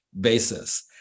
basis